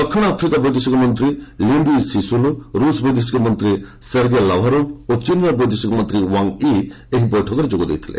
ଦକ୍ଷିଣ ଆଫ୍ରିକା ବୈଦେଶିକମନ୍ତ୍ରୀ Lindiwe Sisulu ରୁଷ ବୈଦେଶିକ ମନ୍ତ୍ରୀ ସେରଗେ ଲାଭାରୋଭ୍ ଓ ଚୀନ୍ର ବୈଦେଶିକ ମନ୍ତ୍ରୀ ୱାଙ୍ଗ୍ ଇ ଏହି ବୈଠକରେ ଯୋଗ ଦେଇଥିଲେ